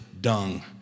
dung